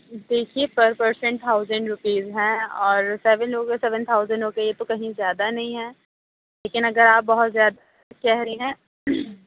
دیکھیے per person thousand rupees ہیں اور سیون لوگ ہیں تو سیون تھاؤزن روپیز ہیں تو کہیں زیادہ نہیں ہے لیکن اگر آپ بہت زیادہ کہہ رہی ہے